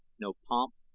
no pomp,